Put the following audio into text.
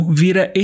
vira